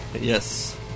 Yes